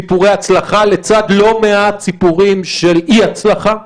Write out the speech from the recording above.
סיפורי הצלחה לצד לא מעט סיפורים של אי-הצלחה,